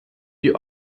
die